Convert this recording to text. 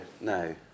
no